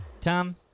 Tom